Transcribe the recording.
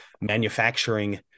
manufacturing